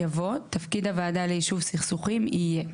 יבוא "תפקיד הוועדה ליישוב סכסוכים יהיה"